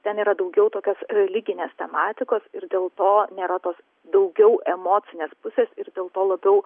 ten yra daugiau tokios religinės tematikos ir dėl to nėra tos daugiau emocinės pusės ir dėl to labiau